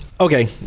Okay